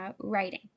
writing